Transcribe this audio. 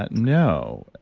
no.